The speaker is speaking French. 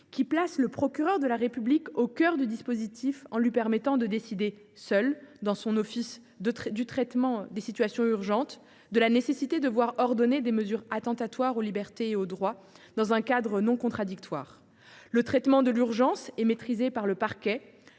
qui place le procureur de la République au cœur du dispositif en lui permettant de décider seul, dans son office de traitement des situations urgentes, de la nécessité d’ordonner des mesures attentatoires aux droits et libertés dans un cadre non contradictoire. Le traitement de l’urgence est maîtrisé par le parquet